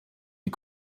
die